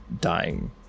dying